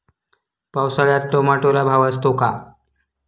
पावसाळ्यात टोमॅटोला भाव असतो का?